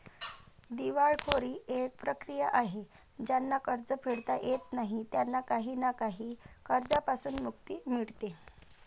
दिवाळखोरी एक प्रक्रिया आहे ज्यांना कर्ज फेडता येत नाही त्यांना काही ना काही कर्जांपासून मुक्ती मिडते